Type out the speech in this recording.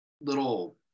little